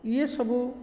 ଇଏ ସବୁ